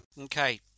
Okay